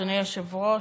אדוני היושב-ראש,